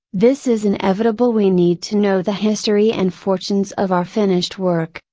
this is inevitable we need to know the history and fortunes of our finished work,